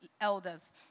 elders